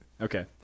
Okay